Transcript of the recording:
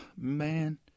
Man